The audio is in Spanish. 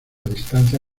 distancia